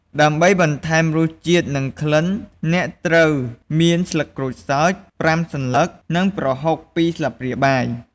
ដើម្បីបន្ថែមរសជាតិនិងក្លិន អ្នកត្រូវមាន ស្លឹកក្រូចសើច ៥ សន្លឹក និង ប្រហុក ២ ស្លាបព្រាបាយ។